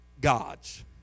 gods